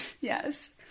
Yes